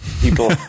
People